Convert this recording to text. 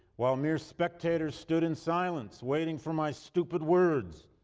while mere spectators stood in silence, waiting for my stupid words,